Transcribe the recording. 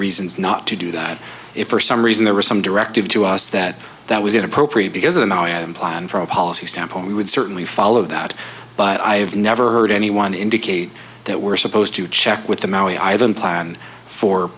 reasons not to do that if for some reason there was some directive to us that that was inappropriate because it now i am plan for a policy stamp and we would certainly follow that but i have never heard anyone indicate that we're supposed to check with the